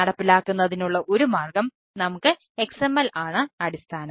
നടപ്പിലാക്കുന്നതിനുള്ള ഒരു മാർഗ്ഗം നമുക്ക് XML ആണ് അടിസ്ഥാനം